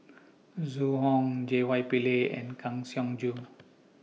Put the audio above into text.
Zhu Hong J Y Pillay and Kang Siong Joo